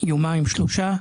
ביומיים-שלושה,